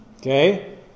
Okay